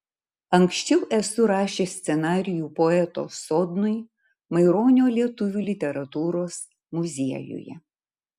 anksčiau esu rašęs scenarijų poeto sodnui maironio lietuvių literatūros muziejuje